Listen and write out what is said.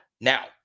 Now